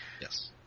Yes